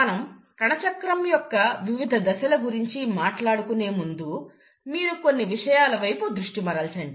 మనం కణచక్రం యొక్క వివిధ దశల గురించి మాట్లాడుకునే ముందు మీరు కొన్ని విషయాల వైపు దృష్టి మరల్చండి